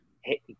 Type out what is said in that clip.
hey